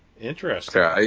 Interesting